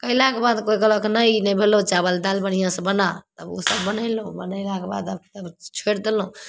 कएलाके बाद कोइ कहलक नहि ई भेलौ चावल दाल बढ़िआँसे बना तब ओसब बनेलहुँ बनेलाके बाद तब छोड़ि देलहुँ